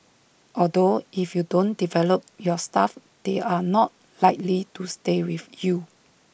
although if you don't develop your staff they are not likely to stay with you